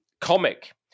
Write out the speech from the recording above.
comic